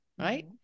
right